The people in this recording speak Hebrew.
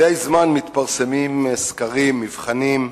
מדי זמן מתפרסמים סקרים, מבחנים,